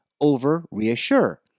over-reassure